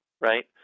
right